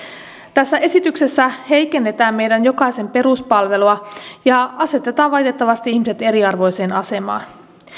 tässä esityksessä heikennetään meidän jokaisen peruspalvelua ja asetetaan valitettavasti ihmiset eriarvoiseen asemaan